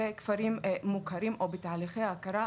וכפרים מוכרים או בתהליכי הכרה.